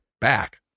back